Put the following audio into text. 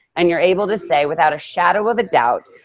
and you're able to say without a shadow of a doubt,